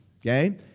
Okay